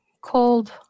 cold